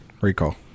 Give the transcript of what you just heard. Recall